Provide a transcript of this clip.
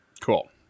Cool